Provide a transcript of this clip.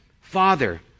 Father